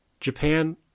Japan